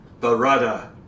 Barada